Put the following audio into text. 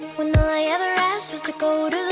when all i ever asked was to go